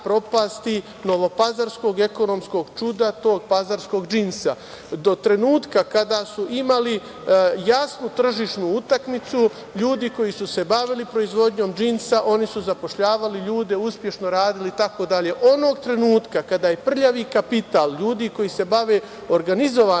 novopazarskog ekonomskog čuda, tog pazarskog džinsa. Do trenutka kada su imali jasnu tržišnu utakmicu, ljudi koji su se bavili proizvodnjom džinsa, oni su zapošljavali ljude, uspešno radili, itd. Onog trenutka kada je prljavi kapital ljudi koji se bavi organizovanim